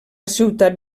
ciutat